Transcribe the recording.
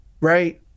Right